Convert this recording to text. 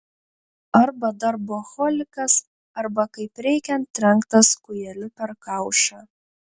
arba darboholikas arba kaip reikiant trenktas kūjeliu per kaušą